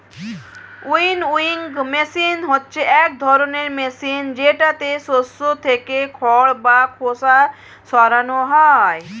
winnowing machine হচ্ছে এক ধরনের মেশিন যেটাতে শস্য থেকে খড় বা খোসা সরানো হয়